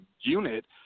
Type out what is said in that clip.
unit